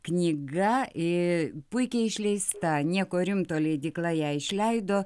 knyga puikiai išleista nieko rimto leidykla ją išleido